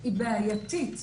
בעייתית,